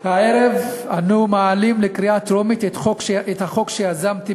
הערב אנו מעלים לקריאה טרומית את החוק שיזמתי